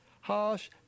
harsh